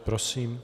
Prosím.